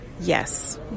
Yes